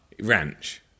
Ranch